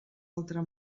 altre